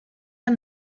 der